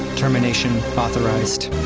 termination authorized